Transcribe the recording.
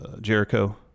Jericho